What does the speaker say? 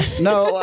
No